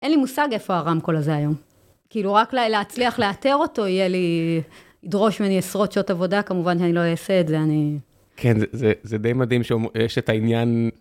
אין לי מושג איפה הרמקול הזה היום. כאילו רק להצליח לאתר אותו, יהיה לי... ידרוש ממני עשרות שעות עבודה, כמובן שאני לא אעשה את זה, אני... כן, זה די מדהים שיש את העניין...